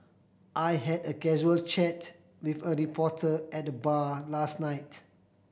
I had a casual chat with a reporter at the bar last night